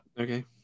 Okay